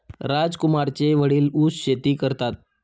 राजकुमारचे वडील ऊस शेती करतात